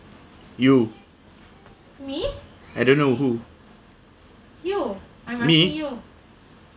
you I don't know who me